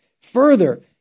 Further